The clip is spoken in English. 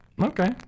Okay